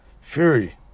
Fury